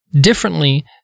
differently